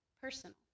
personal